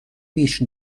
بیش